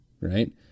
Right